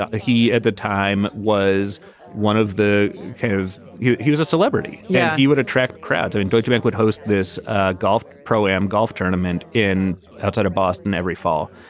ah he at the time was one of the kind of he he was a celebrity yeah he would attract crowds in deutschebank, would host this ah golf pro-am golf tournament in outside of boston every fall.